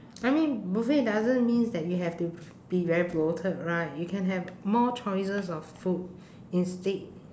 I mean buffet doesn't means that we have to be very bloated right you can have more choices of food instead